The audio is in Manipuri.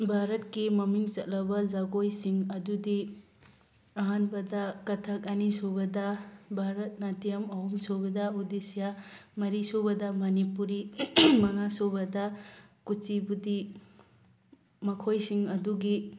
ꯚꯥꯔꯠꯀꯤ ꯃꯃꯤꯡ ꯆꯠꯂꯕ ꯖꯒꯣꯏꯁꯤꯡ ꯑꯗꯨꯗꯤ ꯑꯍꯥꯟꯕꯗ ꯀꯊꯛ ꯑꯅꯤꯁꯨꯕꯗ ꯚꯔꯠ ꯅꯥꯇꯤꯌꯝ ꯑꯍꯨꯝꯁꯨꯕꯗ ꯎꯗꯤꯁ꯭ꯌꯥ ꯃꯔꯤꯁꯨꯕꯗ ꯃꯅꯤꯄꯨꯔꯤ ꯃꯉꯥꯁꯨꯕꯗ ꯀꯨꯆꯤꯄꯨꯗꯤ ꯃꯈꯣꯏꯁꯤꯡ ꯑꯗꯨꯒꯤ